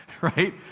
right